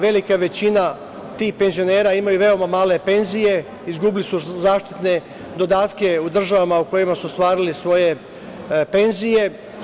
Velika većina tih penzionera imaju veoma male penzije, izgubili su zaštitne dodatke u državama u kojima su ostvarili svoje penzije.